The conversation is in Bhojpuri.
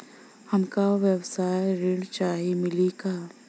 हमका व्यवसाय ऋण चाही मिली का?